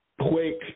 Quick